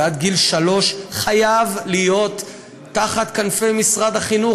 עד גיל שלוש חייב להיות תחת כנפי משרד החינוך,